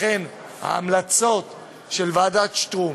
לכן ההמלצות של ועדת שטרום,